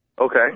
Okay